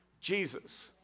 Jesus